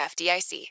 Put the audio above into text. FDIC